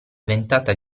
ventata